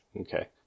Okay